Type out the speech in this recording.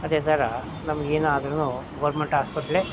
ಅದೇ ಥರ ನಮಗೇನಾದ್ರುನು ಗೋರ್ಮೆಂಟ್ ಆಸ್ಪೆಟ್ಲೇ